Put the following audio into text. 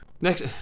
Next